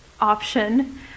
option